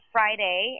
Friday